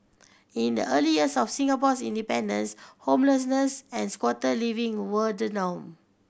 in the early years of Singapore's independence homelessness and squatter living were the norm